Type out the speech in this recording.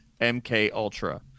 MKUltra